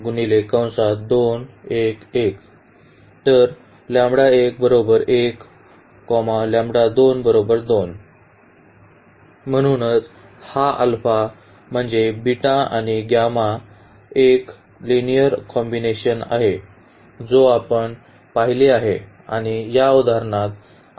म्हणूनच हा अल्फा म्हणजे बीटा आणि गामाचा एक लिनिअर कॉम्बिनेशन आहे जो आपण पाहिले आहे आणि या उदाहरणात